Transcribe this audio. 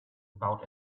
about